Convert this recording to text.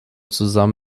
zusammen